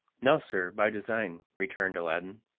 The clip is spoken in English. no, sir, by design, returned aladdin.